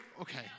okay